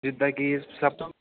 ਜਿੱਦਾਂ ਕਿ ਸਭ ਤੋਂ